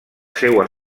seua